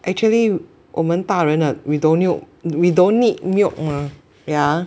actually 我们大人的 we don't need we don't need milk mah yeah